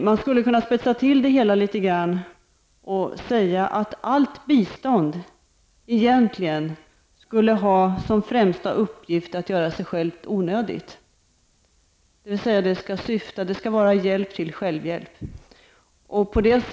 Man skulle kunna spetsa till det hela litet och säga att allt bistånd egentligen borde ha som främsta uppgift att göra sig självt onödigt. Det skall vara hjälp till självhjälp.